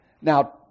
Now